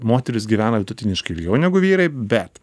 moterys gyvena vidutiniškai ilgiau negu vyrai bet